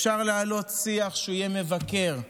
אפשר להעלות שיח שיהיה מבקר,